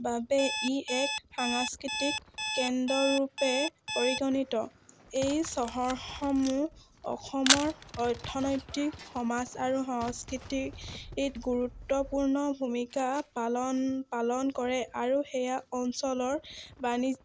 বাবে ই এক সাংস্কৃতিক কেন্দ্ৰৰূপে পৰিগণিত এই চহৰসমূহ অসমৰ অৰ্থনৈতিক সমাজ আৰু সংস্কৃতিত গুৰুত্বপূৰ্ণ ভূমিকা পালন পালন কৰে আৰু সেয়া অঞ্চলৰ বাণিজ্য